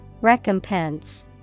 Recompense